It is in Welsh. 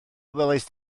welaist